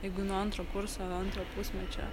jeigu nuo antro kurso antro pusmečio